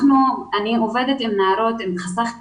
אני עובדת עם נערות עם חסך רגשי,